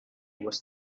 was